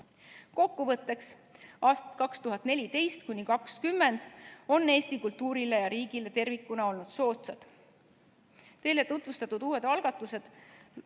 Kokkuvõtteks. Aastad 2014–2020 on Eesti kultuurile ja riigile tervikuna olnud soodsad. Teile tutvustatud uued algatused